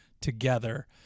together